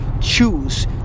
choose